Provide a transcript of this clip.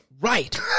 Right